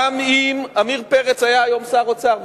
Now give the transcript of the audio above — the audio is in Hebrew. גם אם עמיר פרץ היה היום שר אוצר,